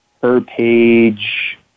per-page